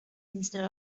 instead